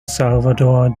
salvador